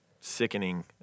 sickening